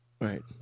Right